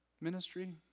ministry